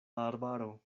arbaro